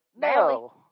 No